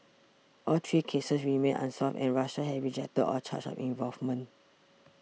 all three cases remain unsolved and Russia has rejected all charges of involvement